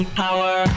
power